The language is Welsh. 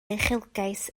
uchelgais